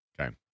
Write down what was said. Okay